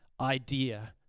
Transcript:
idea